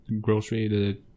Grocery